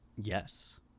Yes